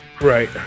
Right